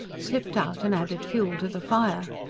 slipped out and added fuel to the fire.